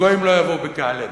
וגויים לא יבואו בקהלנו,